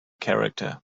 character